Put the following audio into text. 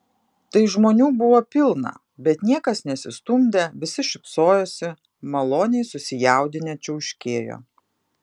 tai žmonių buvo pilna bet niekas nesistumdė visi šypsojosi maloniai susijaudinę čiauškėjo